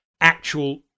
actual